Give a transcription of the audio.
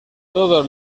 todos